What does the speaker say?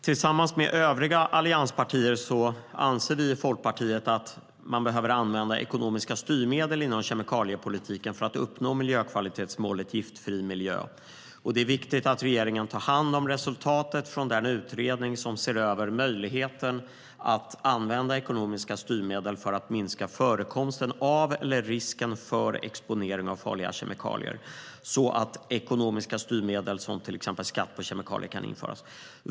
Tillsammans med övriga allianspartier anser Folkpartiet att vi behöver använda ekonomiska styrmedel inom kemikaliepolitiken för att uppnå miljökvalitetsmålet Giftfri miljö. Det är viktigt att regeringen tar hand om resultatet från den utredning som ser över möjligheten att använda ekonomiska styrmedel för att minska förekomsten av eller risken för exponering av farliga kemikalier så att ekonomiska styrmedel, till exempel skatt på kemikalier, kan införas.